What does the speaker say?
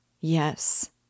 Yes